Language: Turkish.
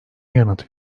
yanıt